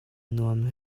nuam